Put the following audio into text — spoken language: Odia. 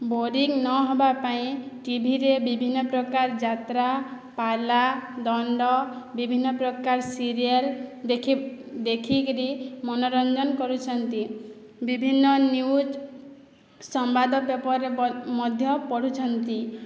ବୋରିଂ ନ ହେବା ପାଇଁ ଟିଭିରେ ବିଭିନ୍ନପ୍ରକାର ଯାତ୍ରା ପାଲା ଦଣ୍ଡ ବିଭିନ୍ନପ୍ରକାର ସିରିଏଲ ଦେଖି ଦେଖିକିରି ମନୋରଞ୍ଜନ କରୁଛନ୍ତି ବିଭିନ୍ନ ନିୟୁଜ ସମ୍ବାଦ ପେପର ମଧ୍ୟ ପଢ଼ୁଛନ୍ତି